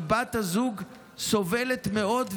כי בת הזוג סובלת מאוד,